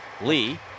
Lee